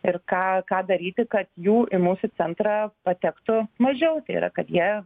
ir ką ką daryti kad jų į mūsų centrą patektų mažiau tai yra kad jie